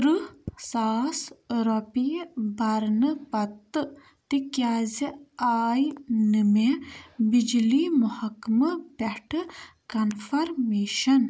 ترٕٛہ ساس رۄپیہِ برنہٕ پَتہٕ تہِ کیٛازِ آے نہٕ مےٚ بِجلی محکمہٕ پٮ۪ٹھٕ کنفرمیشن